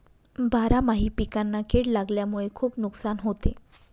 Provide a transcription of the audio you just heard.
बारामाही पिकांना कीड लागल्यामुळे खुप नुकसान होते